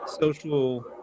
social